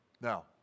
now